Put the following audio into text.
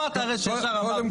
שמעת הרי שכבר אמרתי הסתייגות.